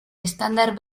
estándar